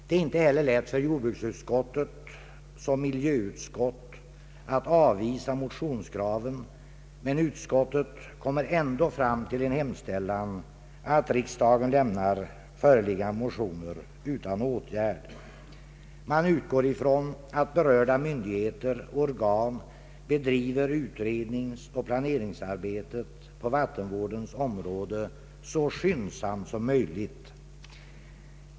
Det är inte heller lätt för jordbruksutskottet såsom miljöutskott att avvisa motionskraven. Men utskottet kommer ändå fram till en hemställan, att riksdagen lämnar förevarande motioner utan åtgärd. Utskottet utgår ifrån att berörda myndigheter och organ bedriver det fortsatta utredningsoch planeringsarbetet på vattenvårdens område så skyndsamt som möjligt.